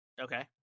Okay